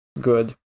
good